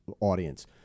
audience